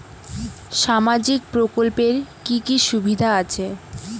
সামাজিক প্রকল্পের কি কি সুবিধা আছে?